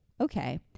okay